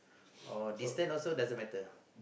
oh distant also doesn't matter